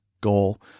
goal